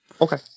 Okay